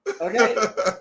Okay